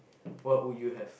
what would you have